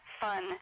fun